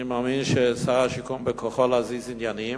אני מאמין ששר השיכון, בכוחו להזיז עניינים.